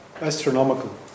astronomical